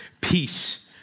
peace